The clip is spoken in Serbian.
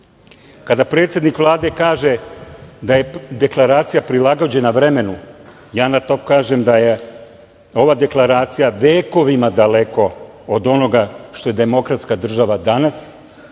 predsednik Vlade kaže da je deklaracija prilagođena vremenu, ja na to kažem da je ova deklaracija vekovima daleko od onoga što je demokratska država danas